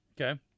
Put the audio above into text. Okay